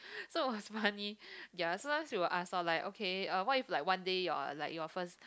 so was money ya sometimes he will ask loh like okay uh what if one day your like your first